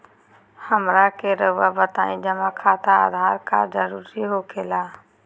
हमरा के रहुआ बताएं जमा खातिर आधार कार्ड जरूरी हो खेला?